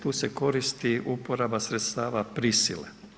Tu se koristi uporaba sredstava prisile.